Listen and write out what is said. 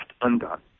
undone